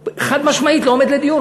חד-משמעית, לא עומד לדיון.